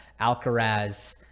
Alcaraz